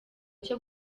cyo